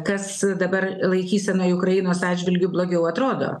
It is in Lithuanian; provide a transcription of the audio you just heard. kas dabar laikysenoj ukrainos atžvilgiu blogiau atrodo